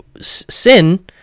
sin